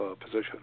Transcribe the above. position